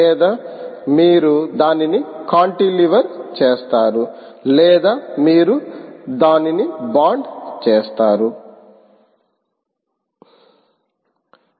లేదా మీరు దానిని కాంటిలివర్చేస్తారా లేదా మీరు దానిని బాండ్ చేస్తారా